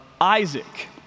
Isaac